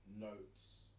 notes